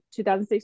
2016